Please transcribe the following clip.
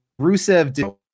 Rusev